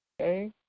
okay